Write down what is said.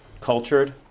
cultured